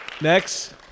Next